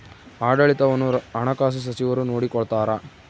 ಆಡಳಿತವನ್ನು ಹಣಕಾಸು ಸಚಿವರು ನೋಡಿಕೊಳ್ತಾರ